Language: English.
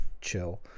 chill